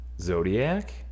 Zodiac